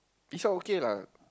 this one okay lah